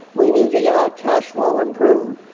we need to get our cash flow improved.